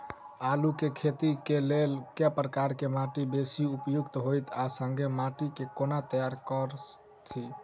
आलु केँ खेती केँ लेल केँ प्रकार केँ माटि बेसी उपयुक्त होइत आ संगे माटि केँ कोना तैयार करऽ छी?